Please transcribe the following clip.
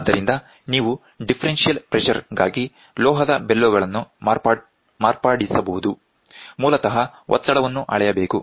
ಆದ್ದರಿಂದ ನೀವು differential pressure ಗಾಗಿ ಲೋಹದ ಬೆಲೊಗಳನ್ನು ಮಾರ್ಪಡಿಸಬಹುದು ಮೂಲತಃ ಒತ್ತಡವನ್ನು ಅಳೆಯಬೇಕು